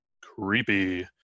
Creepy